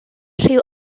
rhyw